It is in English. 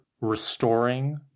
restoring